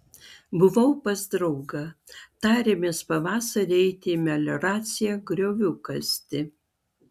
buvau pas draugą tarėmės pavasarį eiti į melioraciją griovių kasti